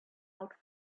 not